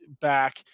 back